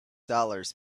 dollars